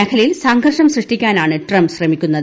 മേഖലയിൽ സംഘർഷം സൃഷ്ടിക്കാനാണ് ട്രംപ് ശ്രമിക്കുന്നത്